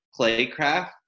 playcraft